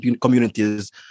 communities